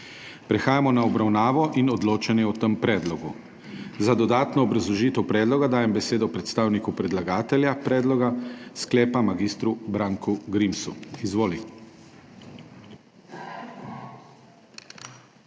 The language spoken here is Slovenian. Prehajamo na obravnavo in odločanje o tem predlogu. Za dodatno obrazložitev predloga dajem besedo predstavniku predlagatelja predloga sklepa, mag. Branku Grimsu. Izvoli.